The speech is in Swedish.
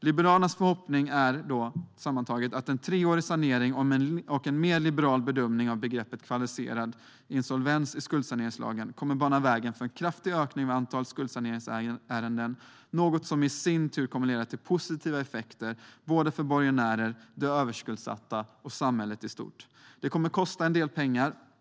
Liberalernas förhoppning är sammantaget att en treårig sanering och en mer liberal bedömning av begreppet kvalificerad insolvens i skuldsaneringslagen kommer att bana väg för en kraftig ökning av antalet skuldsaneringsärenden. Det är något som i sin tur kommer att leda till positiva effekter för borgenärer, de överskuldsatta och samhället i stort. Det kommer att kosta en del pengar.